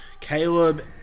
Caleb